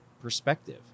perspective